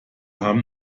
haben